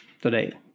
today